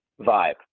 vibe